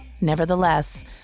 Nevertheless